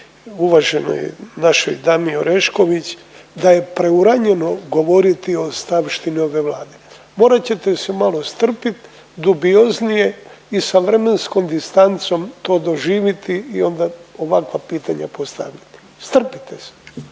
uvaženoj našoj dami Orešković da je preuranjeno govoriti o ostavštini ove Vlade. Morat ćete se malo strpit, dubioznije i sa vremenskom distancom to doživiti i onda ovakva pitanja postavljati. Strpite se,